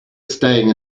staying